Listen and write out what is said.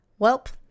Welp